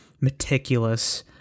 meticulous